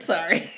Sorry